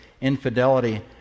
infidelity